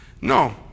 No